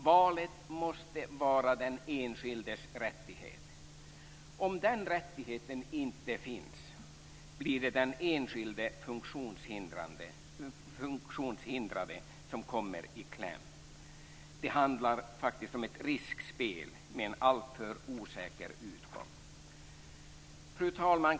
Valet måste vara den enskildes rättighet. Om den rättigheten inte finns blir det den enskilde funktionshindrade som kommer i kläm. Det handlar faktiskt om ett riskspel med en alltför osäker utgång. Fru talman!